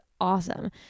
awesome